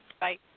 Bye